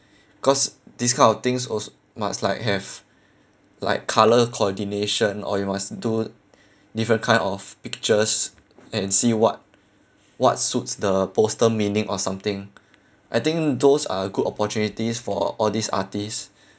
cause this kind of things als~ must like have like color coordination or you must do different kind of pictures and see what what suits the poster meaning or something I think those are a good opportunities for all these artists